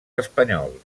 espanyols